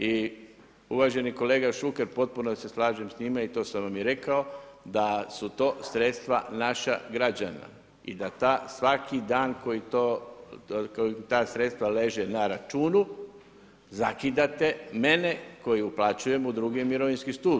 I uvaženi kolega Šuker potpuno se slažem s njime i to sam vam i rekao da su to sredstva naših građana i da ta svaki dan koji to, ta sredstva leže na računu zakidate mene koji uplaćujem u drugi mirovinski stup.